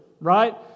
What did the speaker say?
right